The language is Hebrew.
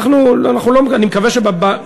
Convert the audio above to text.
אנחנו, אנחנו לא, אני מקווה, לא השתמשתי במילה,